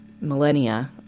millennia